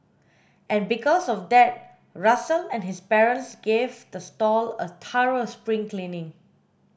and because of that Russell and his parents gave the stall a thorough spring cleaning